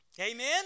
Amen